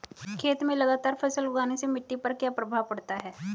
खेत में लगातार फसल उगाने से मिट्टी पर क्या प्रभाव पड़ता है?